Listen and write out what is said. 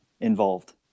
Involved